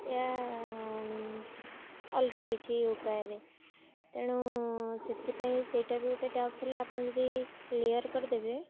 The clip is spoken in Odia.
ୟା ଅଲଗା କିଛି ଉପାୟରେ ତେଣୁ ସେଥିପାଇଁ ସେଇଟା ବି ଗୋଟେ ଡାଉଟ୍ ଥିଲା ଆପଣ ଯଦି କ୍ଲିଅର କରିଦେବେ